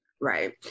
Right